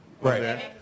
Right